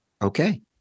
Okay